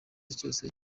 cyose